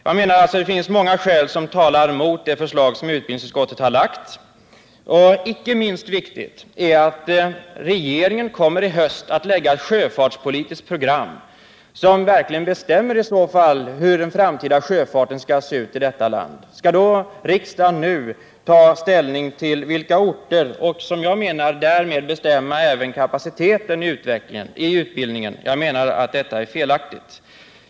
Jag menar alltså att det finns många skäl som talar mot det förslag som utbildningsutskottet har lagt. Icke minst viktigt är att regeringen i höst kommer att förelägga riksdagen ett sjöfartspolitiskt program, som verkligen bestämmer hur den framtida sjöfarten skall se ut i vårt land. Skall riksdagen trots detta nu ta ställning till vilka orter som skall ha denna utbildningsverksamhet och därmed bestämma även kapaciteten i utbildningen? Jag menar att det är felaktigt.